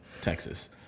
Texas